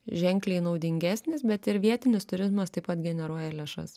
ženkliai naudingesnis bet ir vietinis turizmas taip pat generuoja lėšas